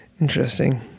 Interesting